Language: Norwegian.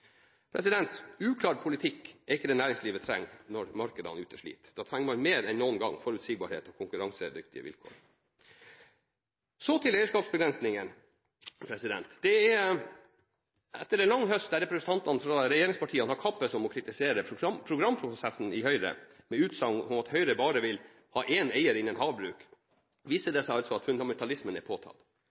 Uklar politikk er ikke det næringslivet trenger når markedene ute sliter. Da trenger man mer enn noen gang forutsigbarhet og konkurransedyktige vilkår. Så til eierskapsbegrensningene. Etter en lang høst, der representantene fra regjeringspartiene har kappes om å kritisere programprossessen i Høyre, med utsagn om at Høyre bare vil ha én eier innenfor havbruk, viser det seg altså at fundamentalismen er påtatt.